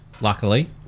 luckily